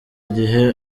gihe